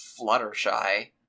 fluttershy